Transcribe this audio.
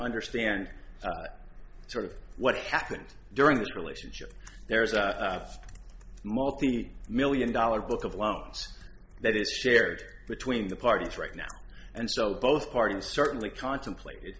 understand sort of what happened during that relationship there is a multi million dollar book of loans that is shared between the parties right now and so both parties certainly contemplated